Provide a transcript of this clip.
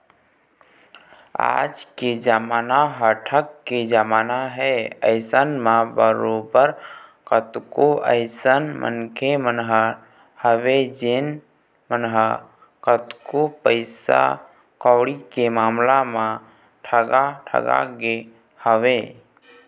आज के जमाना ह ठग के जमाना हे अइसन म बरोबर कतको अइसन मनखे मन ह हवय जेन मन ह कतको पइसा कउड़ी के मामला म ठगा ठगा गे हवँय